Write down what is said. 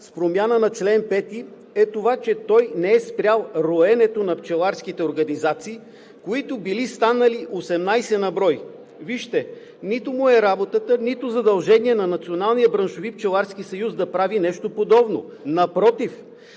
с промяната на чл. 5 е това, че той не е спрял роенето на пчеларските организации, които били станали 18 на брой. Вижте, нито му е работата, нито задължение на Националния браншови